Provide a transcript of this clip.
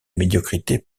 médiocrité